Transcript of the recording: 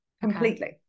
Completely